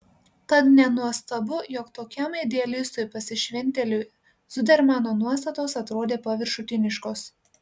tad nenuostabu jog tokiam idealistui pasišventėliui zudermano nuostatos atrodė paviršutiniškos